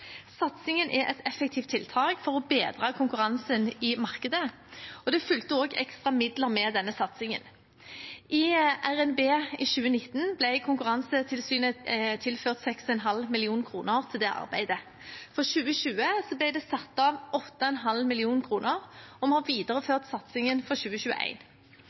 Satsingen er et effektivt tiltak for å bedre konkurransen i markedet. Det fulgte også ekstra midler med denne satsingen. I revidert nasjonalbudsjett i 2019 ble Konkurransetilsynet tilført 6,5 mill. kr til det arbeidet. For 2020 ble det satt av 8,5 mill. kr, og vi har videreført satsingen for